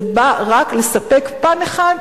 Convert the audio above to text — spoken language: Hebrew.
זה בא רק לספק פן אחד,